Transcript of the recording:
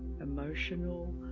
emotional